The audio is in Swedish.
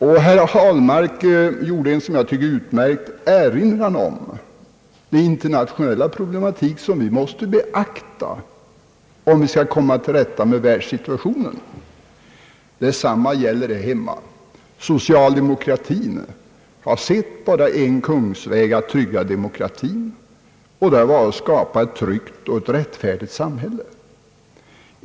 Herr Ahlmark framförde en som jag tyckte alldeles utmärkt erinran om den internationella problematik som vi måste beakta, om vi skall komma till rätta med världssituationen. Detsamma gäller förhållandena här hemma. Socialdemokratin har bara sett en kungsväg att trygga demokratin, nämligen genom att skapa ett tryggt och rättfärdigt samhälle.